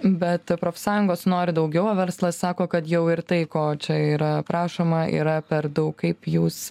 bet profsąjungos nori daugiau o verslas sako kad jau ir tai ko čia yra prašoma yra per daug kaip jūs